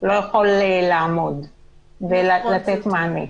לא יכול לתת מענה.